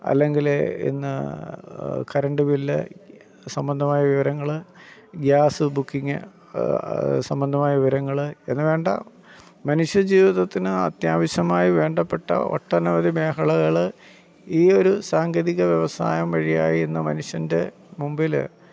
അല്ലെങ്കില് ഇന്ന് current bill സംബന്ധമായ വിവരങ്ങള് ഗ്യാസ് ബുക്കിംഗ് സംബന്ധമായ വിവരങ്ങള് എന്ന് വേണ്ട മനുഷ്യജീവിതത്തിന് അത്യാവശ്യമായി വേണ്ടപ്പെട്ട ഒട്ടനവധി മേഖളകള് ഈയൊരു സാങ്കേതിക വ്യവസായം വഴിയായിന്ന് മനുഷ്യന്റെ മുമ്പില്